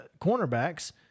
cornerbacks